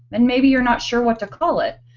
and maybe you're not sure what to call it.